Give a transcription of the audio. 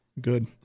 Good